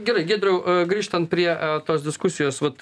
gerai giedriau grįžtant prie tos diskusijos vat